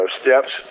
steps